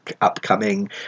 upcoming